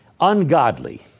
ungodly